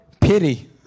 Pity